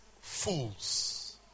fools